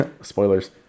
Spoilers